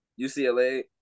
UCLA